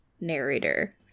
narrator